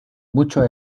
muchos